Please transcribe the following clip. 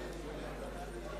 הוראת שעה) (תיקון מס' 2) לקריאה